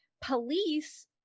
police